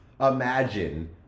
imagine